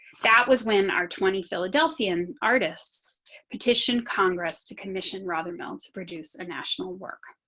that was when our twenty philadelphian artists petition congress to condition rather melts produce a national work.